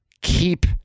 keep